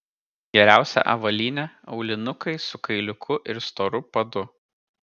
geriausia avalynė aulinukai su kailiuku ir storu padu